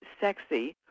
sexy